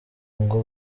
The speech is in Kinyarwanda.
ngo